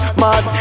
mad